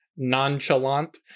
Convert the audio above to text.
Nonchalant